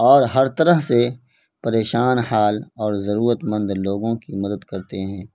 اور ہر طرح سے پریشان حال اور ضرورتمند لوگوں کی مدد کرتے ہیں